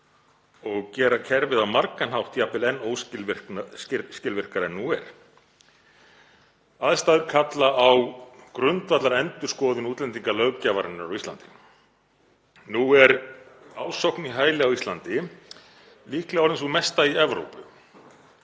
og gera kerfið á margan hátt jafnvel enn óskilvirkara en nú er. Aðstæður kalla á grundvallarendurskoðun útlendingalöggjafarinnar á Íslandi. Nú er ásókn í hæli á Íslandi líklega orðin sú mesta í Evrópu,